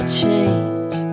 change